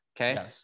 okay